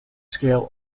scale